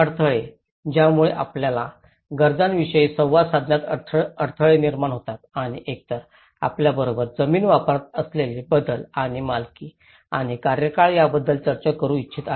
अडथळे यामुळेच आपल्या गरजांविषयी संवाद साधण्यात अडथळे निर्माण होतात आणि एकतर आपल्याबरोबर जमीन वापरात असलेले बदल आणि मालकी आणि कार्यकाळ याबद्दल चर्चा करू इच्छित आहे